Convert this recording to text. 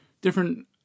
different